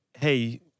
Hey